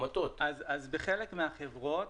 בחלק מהחברות